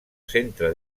centre